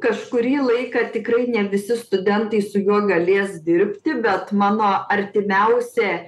kažkurį laiką tikrai ne visi studentai su juo galės dirbti bet mano artimiausia